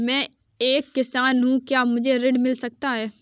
मैं एक किसान हूँ क्या मुझे ऋण मिल सकता है?